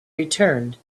returned